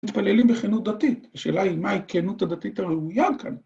‫הם מתפללים בכנות דתית. ‫השאלה היא מה הכנות הדתית הראויה כאן.